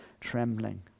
trembling